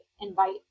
invite